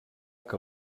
que